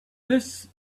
this